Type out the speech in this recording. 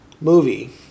movie